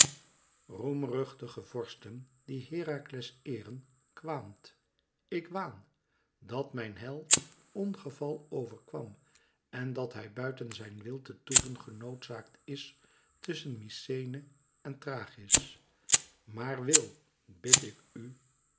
roemruchtige vorsten die herakles eeren kwaamt ik waan dat mijn held ongeval overkwam en dat hij buiten zijn wil te toeven genoodzaakt is tusschen mykenæ en thrachis maar wil bid ik u